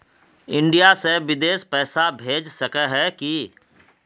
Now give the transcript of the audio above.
India से बिदेश पैसा भेज सके है की?